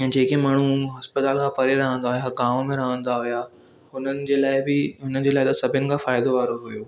ऐं जेके माण्हू इस्पतालि खां परे रहंदा हुआ हू गांव में रहंदा हुआ हुननि जे लाइ बि हुनजे लाइ त सभिनि खां फ़ाइदे वारो हुओ